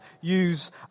use